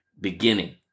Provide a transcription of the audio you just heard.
beginning